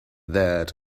that